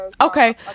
Okay